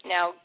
Now